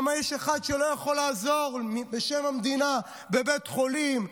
למה יש אחד שלא יכול לעזור בשם המדינה בבית חולים,